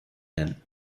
nennen